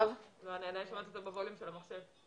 בוא שתף אותנו בסיפורך והזווית האישית שלך על הסוגיה הזאת.